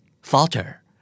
falter